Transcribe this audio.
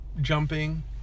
jumping